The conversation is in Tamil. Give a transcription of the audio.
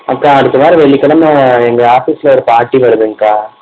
அக்கா அடுத்த வார வெள்ளிக்கிழம எங்கள் ஆபீஸில் ஒரு பார்ட்டி வருதுங்கக்கா